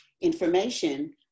information